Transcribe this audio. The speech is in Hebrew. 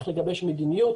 צריך לגבש מדיניות,